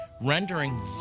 rendering